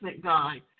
Guide